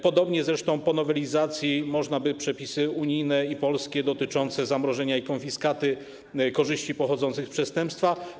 Podobnie zresztą po nowelizacji można by stosować przepisy unijne i polskie dotyczące zamrożenia i konfiskaty korzyści pochodzących z przestępstwa.